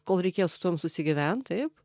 kol reikėjo su tuom susigyvent taip